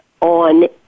on